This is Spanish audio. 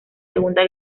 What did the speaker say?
segunda